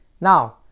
now